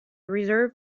reserve